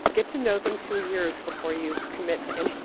get to know them two years before you commit to anything.